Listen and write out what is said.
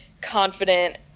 confident